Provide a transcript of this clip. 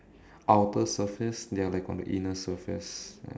outer surface they are like on the inner surface